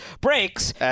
breaks